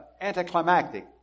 anticlimactic